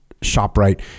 ShopRite